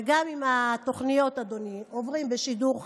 וגם עם התוכניות, אדוני, עוברים בשידור חי,